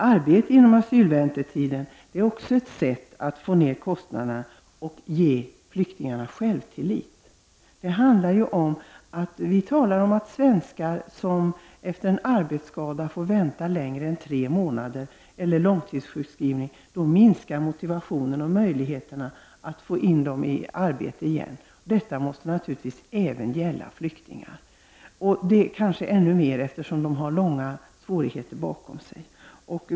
Arbete under den tid man väntar på asyl är också ett sätt att få ned kostnaderna och ge flyktingarna självtillit. Vi talar om att när svenskar får vänta längre än tre månader efter en arbetsskada eller en långtidssjukskrivning minskar motivationen och möjligheten att få in dem i arbete igen. Detta måste naturligtvis även gälla flyktingar, och kanske ännu mer dem, eftersom de har långa tider av svårigheter bakom sig.